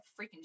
freaking